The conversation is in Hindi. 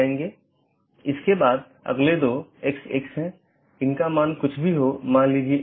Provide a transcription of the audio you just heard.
वोह इसको यह ड्रॉप या ब्लॉक कर सकता है एक पारगमन AS भी होता है